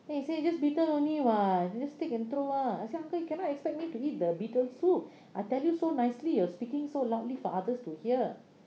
then he say just beetle only [what] you just take and throw lah I said uncle you cannot expect me to eat the beetle soup I tell you so nicely you're speaking so loudly for others to hear